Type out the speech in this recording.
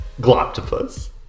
Gloptopus